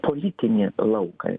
politinį lauką